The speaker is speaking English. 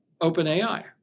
OpenAI